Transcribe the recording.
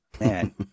man